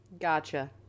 Gotcha